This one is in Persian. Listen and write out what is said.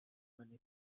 کنید